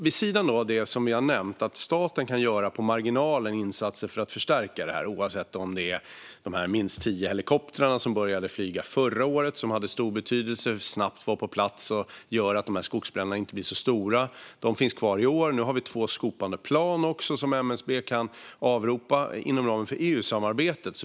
Vi har nämnt att staten kan göra insatser på marginalen för att förstärka detta, som med de minst tio helikoptrar som började att flyga förra året och som hade stor betydelse och snabbt var på plats. De gör att skogsbränderna inte blir så stora. Dessa helikoptrar finns kvar i år. Nu har vi också två skopande plan som MSB kan avropa inom ramen för EU-samarbetet.